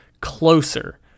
closer